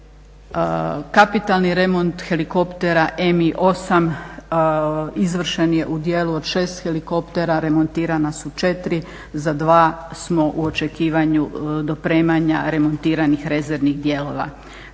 Kapitalni remont helikoptera M8 izvršen je u dijelu od 6 helikoptera. Remontirana su 4, za 2 smo u očekivanju dopremanja remontiranih rezervnih dijelova.